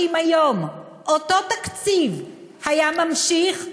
שאם היום אותו תקציב היה ממשיך,